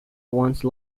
once